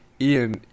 Ian